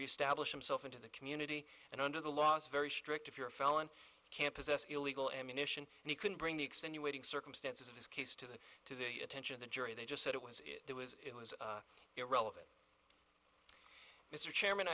reestablish himself into the community and under the law is very strict if you're a felon can possess illegal ammunition and he can bring the extenuating circumstances of this case to the to the attention of the jury they just said it was there was it was irrelevant mr chairman